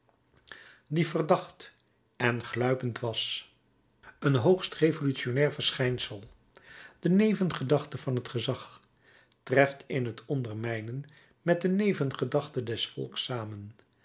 die verdacht en gluipend was een hoogst revolutionair verschijnsel de nevengedachte van het gezag treft in het ondermijnen met de nevengedachte des volks samen